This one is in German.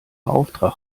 auftrag